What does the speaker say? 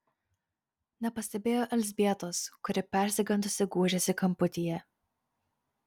nepastebėjo elzbietos kuri persigandusi gūžėsi kamputyje